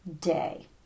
day